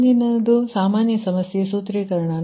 ಮುಂದಿನದು ಸಾಮಾನ್ಯ ಸಮಸ್ಯೆ ಸೂತ್ರೀಕರಣ